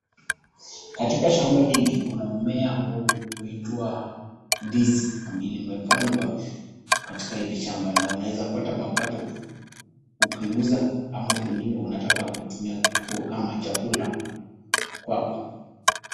Katika shamba hili kuna mmea ambao huitwa ndizi, limepandwa katika hili shamba na unaeza pata mapato ukiuza ama pengine unataka kutumia kama chakula kwako.